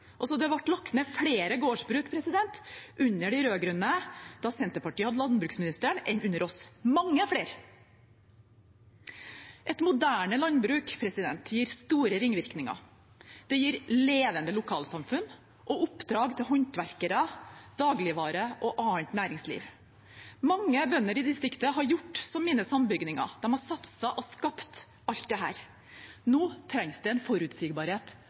Det ble lagt ned flere gårdsbruk under de rød-grønne, da Senterpartiet hadde landbruksministeren, enn under oss – mange flere. Et moderne landbruk gir store ringvirkninger, det gir levende lokalsamfunn og oppdrag til håndverkere, dagligvare og annet næringsliv. Mange bønder i distriktet har gjort som mine sambygdinger, de har satset og skapt alt dette. Nå trengs det en forutsigbarhet